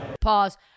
Pause